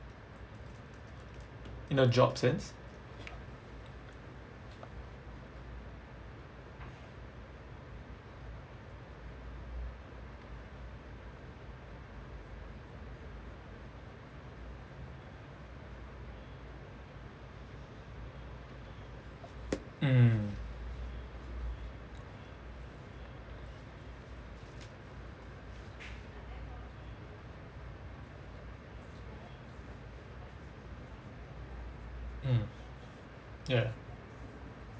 in a job sense mm mm ya